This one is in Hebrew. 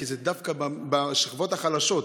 כי זה דווקא אצל השכבות החלשות,